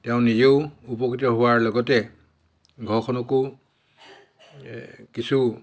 তেওঁ নিজেও উপকৃত হোৱাৰ লগতে ঘৰখনকো কিছু